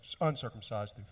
uncircumcised